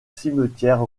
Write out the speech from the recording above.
cimetière